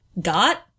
got